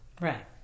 Right